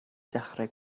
dechrau